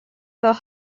the